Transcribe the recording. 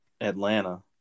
Atlanta